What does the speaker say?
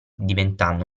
diventando